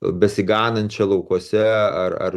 besiganančią laukuose ar ar